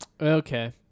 Okay